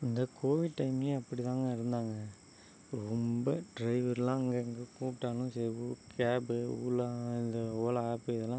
இந்த கோவிட் டைம்லையும் அப்படி தாங்க இருந்தாங்க ரொம்ப ட்ரைவர்லாம் அங்கங்கே கூப்பிட்டாலும் சே உ கேபு ஊலா இந்த ஓலா ஆப்பு இதுல்லாம்